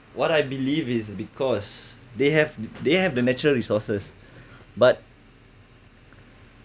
what I believe is because they have they have the natural resources but